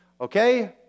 Okay